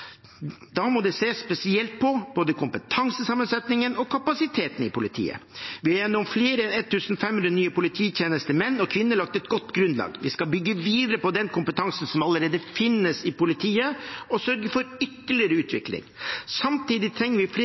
Da må det sees spesielt på både kompetansesammensetningen og kapasiteten i politiet. Vi har gjennom flere enn 1 500 nye polititjenestemenn og -kvinner lagt et godt grunnlag. Vi skal bygge videre på den kompetansen som allerede finnes i politiet, og sørge for ytterligere utvikling. Samtidig trenger vi flere